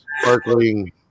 sparkling